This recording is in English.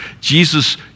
Jesus